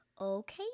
Okay